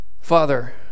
Father